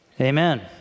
Amen